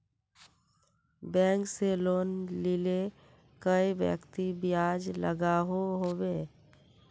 Bank से loan लिले कई व्यक्ति ब्याज लागोहो होबे?